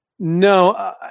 No